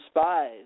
spies